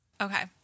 Okay